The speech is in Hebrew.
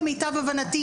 למיטב הבנתי,